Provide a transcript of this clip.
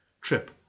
Trip